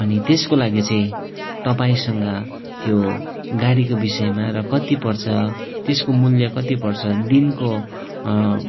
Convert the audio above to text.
अनि त्यसको लागि चाहिँ तपाईँसँग त्यो गाडीको विषयमा र कति पर्छ त्यसको मूल्य कति पर्छ दिनको